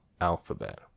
alphabet